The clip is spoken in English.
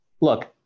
look